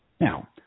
Now